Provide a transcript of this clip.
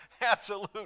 absolute